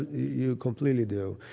you completely do.